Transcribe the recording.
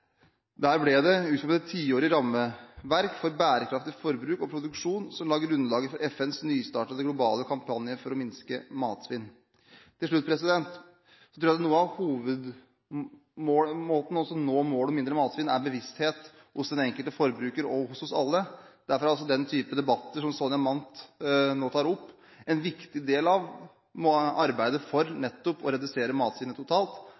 Der ble det utformet et tiårig rammeverk for bærekraftig forbruk og produksjon, som la grunnlaget for FNs nystartede globale kampanje for å minske matsvinn. Til slutt: Jeg tror at den beste måten å nå målet om mindre matsvinn på er bevissthet hos den enkelte forbruker – hos oss alle. Derfor er den type debatt som Sonja Mandt nå reiser, en viktig del av arbeidet for å redusere matsvinnet totalt